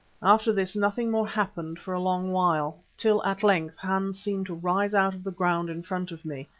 after this nothing more happened for a long while, till at length hans seemed to rise out of the ground in front of me,